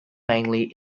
mainly